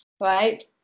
right